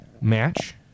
match